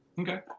Okay